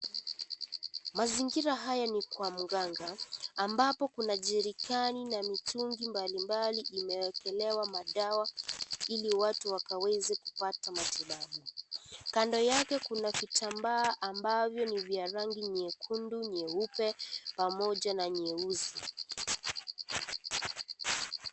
Mazingira haya ni kwa mganga ambapo kuna jerican na mitungi mbalimbali imewekelewa madawa ili watu wakaweze kupata matibabu kando yake kuna kitambaa ambavyo ni vya rangi nyekundu, nyeupe pamoja na nyeusi.